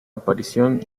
aparición